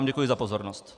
Děkuji vám za pozornost.